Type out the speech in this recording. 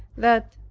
that,